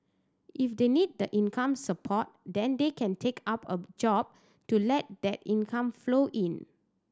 if they need the income support then they can take up a job to let that income flow in